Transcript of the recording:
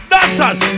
Dancers